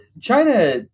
China